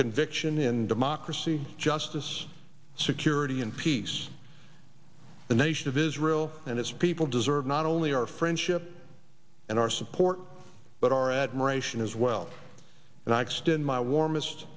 conviction in democracy justice security and peace the nation of israel and its people deserve not only our friendship and our support but our admiration as well and i extend my warmest